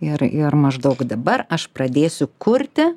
ir ir maždaug dabar aš pradėsiu kurti